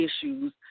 issues